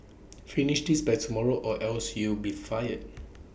finish this by tomorrow or else you'll be fired